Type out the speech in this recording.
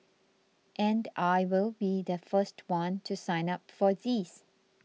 and I will be the first one to sign up for these